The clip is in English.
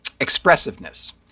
expressiveness